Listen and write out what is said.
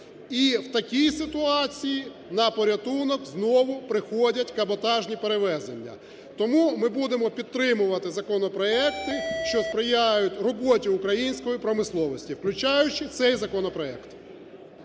І в такій ситуації на порятунок знову приходять каботажні перевезення. Тому ми будемо підтримувати законопроекти, що сприяють роботі української промисловості, включаючи цей законопроект.